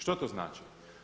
Što to znači?